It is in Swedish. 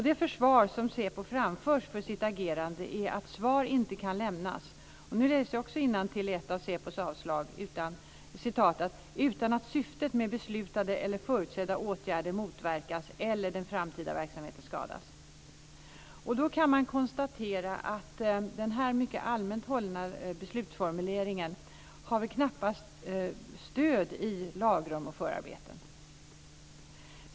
Det försvar som SÄPO framför för sitt agerande är att svar inte kan lämnas utan att syftet med beslutade eller förutsedda åtgärder motverkas eller den framtida verksamheten skadas. Nu läste jag innantill i ett av SÄPO:s avslag. Man kan konstatera att den här mycket allmänt hållna beslutsformuleringen knappast har stöd i lagrum och förarbeten.